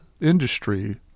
industry